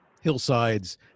hillsides